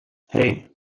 hei